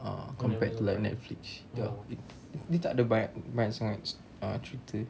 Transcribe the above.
ah compared to like netflix ya dia tak ada banyak sangat uh cerita